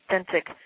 authentic